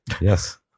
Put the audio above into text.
Yes